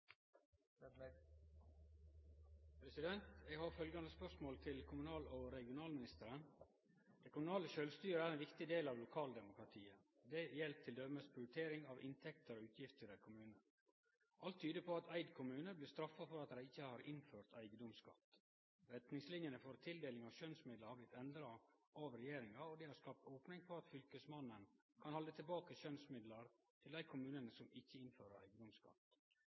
regionalministeren: «Det kommunale sjølvstyret er ein viktig del av lokaldemokratiet. Det gjeld t.d. prioritering av inntekter og utgifter i ein kommune. Alt tyder på at Eid kommune blir straffa for at dei ikkje har innført eigedomsskatt. Retningslinjene for tildeling av skjønsmidlar har blitt endra av regjeringa, og det har skapt opning for at fylkesmennene kan halde tilbake skjønsmidlar til dei kommunane som ikkje har innført eigedomsskatt. Vil statsråden sørgje for at kommunar som ikkje innfører